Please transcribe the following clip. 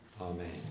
Amen